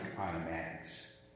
automatics